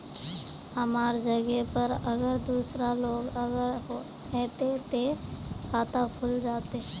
हमर जगह पर अगर दूसरा लोग अगर ऐते ते खाता खुल जते?